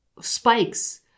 spikes